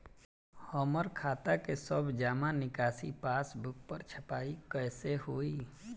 हमार खाता के सब जमा निकासी पासबुक पर छपाई कैसे होई?